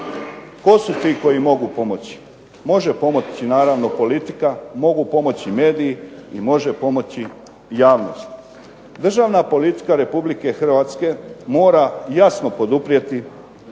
Tko su ti koji mogu pomoći? Može pomoći naravno politika, mogu pomoći mediji i može pomoći javnost. Državna politika Republike Hrvatske mora jasno poduprijeti